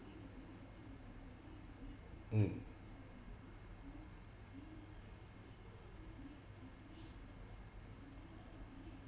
mm